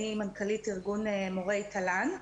אני מנכ"לית ארגון מורי תל"ן.